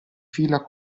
fila